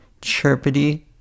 Chirpity